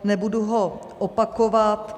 Nebudu ho opakovat.